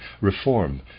reform